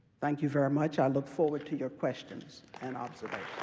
thank you very much. i look forward to your questions and observations.